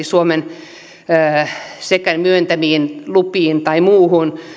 suomen myöntämiin lupiin tai muuhun